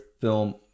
film